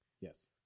yes